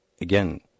again